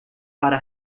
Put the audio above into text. para